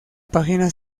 página